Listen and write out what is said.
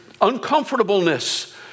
uncomfortableness